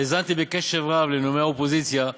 האזנתי בקשב רב לנאומי האופוזיציה,